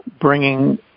bringing